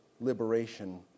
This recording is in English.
liberation